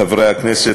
חברי הכנסת,